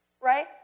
right